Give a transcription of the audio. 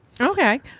Okay